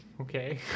Okay